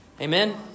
Amen